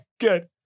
Good